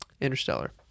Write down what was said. Interstellar